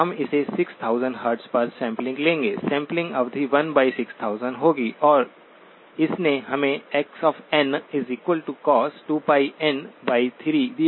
हम इसे 6000 हर्ट्ज पर सैंपलिंग लेंगे सैंपलिंग अवधि 16000 होगी और इसने हमें xncos2πn3 दिया